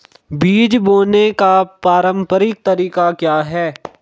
बीज बोने का पारंपरिक तरीका क्या है?